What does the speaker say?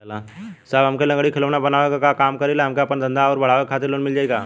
साहब हम लंगड़ी क खिलौना बनावे क काम करी ला हमके आपन धंधा अउर बढ़ावे के खातिर लोन मिल जाई का?